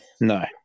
no